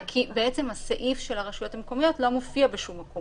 כי בעצם הסעיף של הרשויות המקומיות לא מופיע בשום מקום,